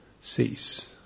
cease